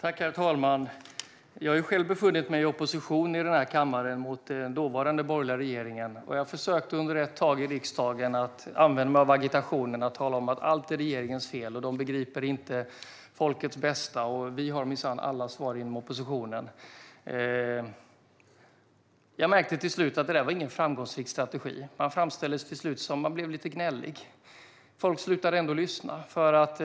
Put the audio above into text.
Herr talman! Jag har själv befunnit mig i opposition i den här kammaren mot den dåvarande borgerliga regeringen. Ett tag i riksdagen försökte jag använda mig av agitationen att allt är regeringens fel, den begriper inte folkets bästa och vi i oppositionen har minsann alla svar. Jag märkte till slut att det inte var någon framgångsrik strategi. Man framställdes som lite gnällig. Folk slutade lyssna.